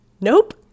nope